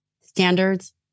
Standards